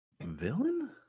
Villain